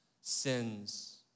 sins